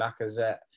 Lacazette